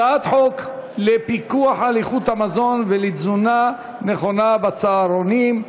הצעת חוק לפיקוח על איכות המזון ולתזונה נכונה בצהרונים,